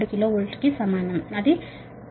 2 KV కి సమానం అది 208